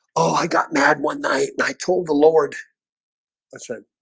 i got mad one night. i told the lord i said